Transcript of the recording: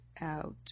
out